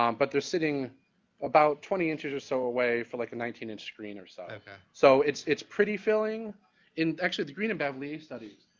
um but they're sitting about twenty inches or so away for like a nineteen inch screen or so. okay. wong so, it's it's pretty filling and actually the green and bavelier studies,